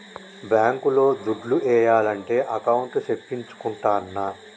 bank లో దుడ్లు ఏయాలంటే అకౌంట్ సేపిచ్చుకుంటాన్న